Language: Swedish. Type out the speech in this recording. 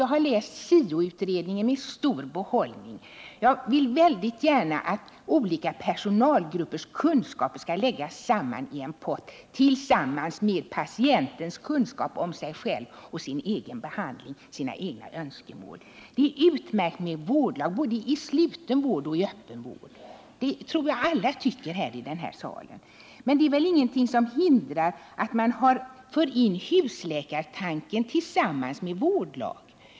Jag har läst SIO-utredningen med stor behållning, och jag vill väldigt gärna att olika personalgruppers kunskap skall läggas i en pott tillsammans med patientens kunskap om sig själv och hans egna önskemål. Det är utmärkt med vårdlag, både i sluten och i öppen vård — det tycker säkerligen alla här. Men det ena utesluter väl inte det andra.